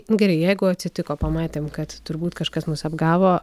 nu gerai jeigu atsitiko pamatėm kad turbūt kažkas mus apgavo